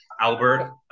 Albert